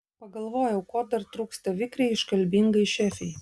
pagalvojau ko dar trūksta vikriai iškalbingai šefei